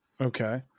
Okay